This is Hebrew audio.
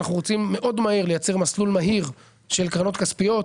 אנחנו רוצים מאוד מהר לייצר מסלול מהיר של קרנות כספיות,